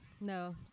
No